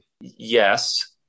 yes